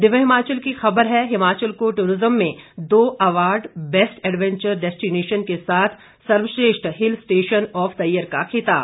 दिव्य हिमाचल की खबर है हिमाचल को टूरिज्म में दो अवार्ड बेस्ट एडवेंचर डेस्टिनेशन के साथ सर्वश्रेष्ठ hill station of the year का खिताब